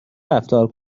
رفتار